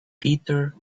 peter